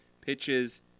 pitches